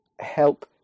help